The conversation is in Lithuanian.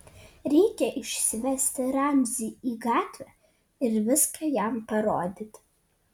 reikia išsivesti ramzį į gatvę ir viską jam parodyti